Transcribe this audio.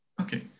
Okay